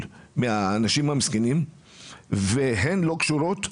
מהאנשים המסכנים והן לא קשורות למקצוע,